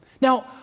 Now